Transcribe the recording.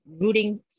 rooting